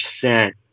percent